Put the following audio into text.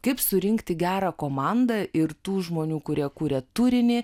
kaip surinkti gerą komandą ir tų žmonių kurie kuria turinį